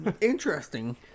Interesting